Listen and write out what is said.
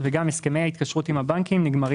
וגם הסכמי ההתקשרות עם הבנקים נגמרים